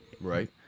Right